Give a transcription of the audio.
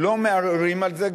לא מערערים על זה.